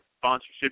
sponsorship